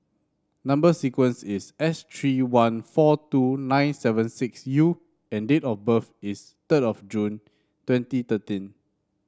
number sequence is S three one four two nine seven six U and date of birth is third of June twenty thirteen